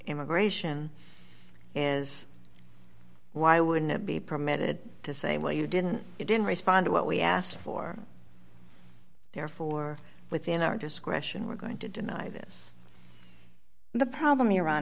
immigration is why wouldn't it be permitted to say well you didn't you didn't respond to what we asked for therefore within our discretion we're going to deny this the problem you